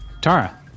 Tara